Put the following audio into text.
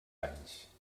anys